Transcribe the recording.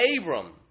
Abram